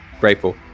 grateful